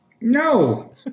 no